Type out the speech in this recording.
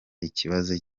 ikibazo